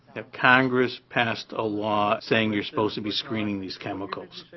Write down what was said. that congress passed a law saying you're supposed to be screening these chemicals,